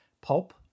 Pulp